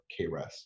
KRES